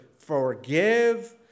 forgive